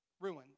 ruined